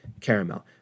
caramel